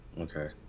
Okay